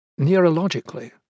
neurologically